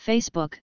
Facebook